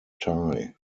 tie